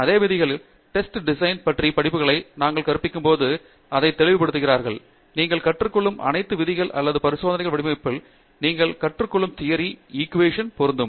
அதே விதிகள் test design பற்றிய படிப்புகளை நாங்கள் கற்பிக்கும்போது அதை தெளிவுபடுத்துகிறீர்கள் நீங்கள் கற்றுக் கொள்ளும் அனைத்து விதிகள் அல்லது பரிசோதனைகள் வடிவமைப்பில் நீங்கள் கற்றுக் கொள்ளும் தியரி இக்குவேஷன் பொருந்தும்